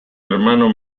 hermano